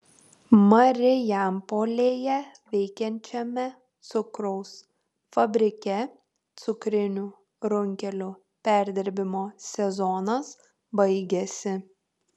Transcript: marijampolėje veikiančiame cukraus fabrike cukrinių runkelių perdirbimo sezonas baigiasi